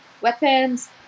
weapons